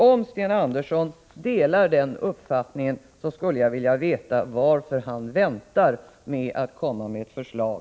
Om Sten Andersson delar min uppfattning skulle jag vilja veta varför han väntar med att lägga fram ett förslag.